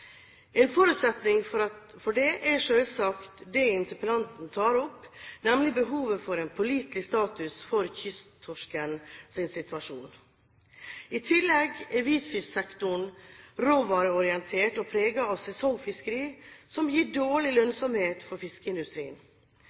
En forutsetning for det er selvsagt det interpellanten tar opp, nemlig behovet for en pålitelig status for kysttorskens situasjon. I tillegg er hvitfisksektoren råvareorientert og preget av sesongfiske, som gir dårlig lønnsomhet for fiskeindustrien.